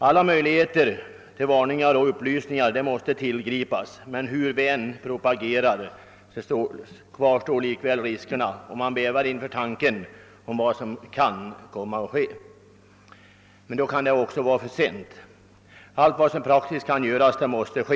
Alla möjligheter till varningar och upplysningar måste tillgripas, men hur vi än propagerar kvarstår likväl riskerna. Man bävar inför tanken på vad som kan komma att ske. Snart kan det: också vara för sent. Allt som praktiskt kan göras måste ske.